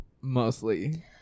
mostly